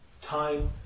Time